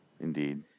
Indeed